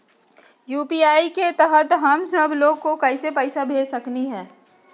UPI के तहद हम सब लोग को पैसा भेज सकली ह?